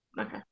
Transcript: okay